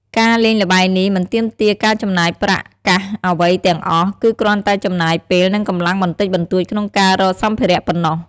ការលេងល្បែងនេះមិនទាមទារការចំណាយប្រាក់កាសអ្វីទាំងអស់ គឺគ្រាន់តែចំណាយពេល និងកម្លាំងបន្តិចបន្តួចក្នុងការរកសម្ភារៈប៉ុណ្ណោះ។